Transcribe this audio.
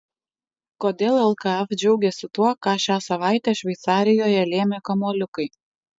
kodėl lkf džiaugiasi tuo ką šią savaitę šveicarijoje lėmė kamuoliukai